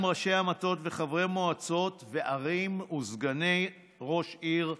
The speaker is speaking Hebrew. ראשי המטות וחברי מועצות וערים וסגני ראש עיר בארץ,